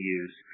use